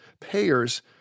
payers